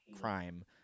crime